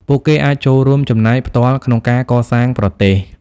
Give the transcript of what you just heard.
ពួកគេអាចចូលរួមចំណែកផ្ទាល់ក្នុងការកសាងប្រទេស។